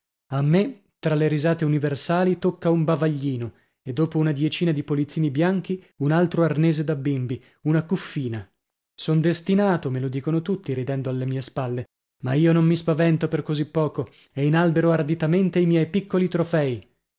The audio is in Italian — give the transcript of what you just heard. a me tra le risate universali tocca un bavaglino e dopo una diecina di polizzini bianchi un altro arnese da bimbi una cuffina son destinato me lo dicono tutti ridendo alle mie spalle ma io non mi spavento per così poco e inalbero arditamente i miei piccoli trofei